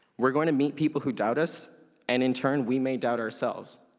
we're going to meet people who doubt us, and in turn we may doubt ourselves.